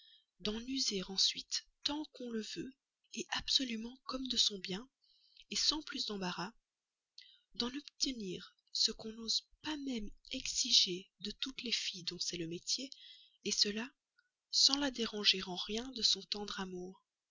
d'en user ensuite tant qu'on le veut absolument comme de son bien sans plus d'embarras d'en obtenir ce qu'on n'ose pas même exiger de toutes les filles dont c'est le métier cela sans la déranger en rien de son tendre amour